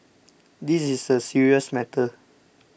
this is a serious matter